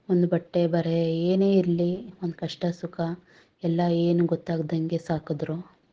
ಒಂದು ಬಟ್ಟೆ ಬರೇ ಏನೇ ಇರಲಿ ಒಂದು ಕಷ್ಟ ಸುಖ ಎಲ್ಲ ಏನೂ ಗೊತ್ತಾಗದಂಗೆ ಸಾಕಿದ್ರು